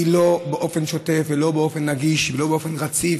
היא לא באופן שוטף ולא באופן נגיש ולא באופן רציף,